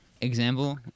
Example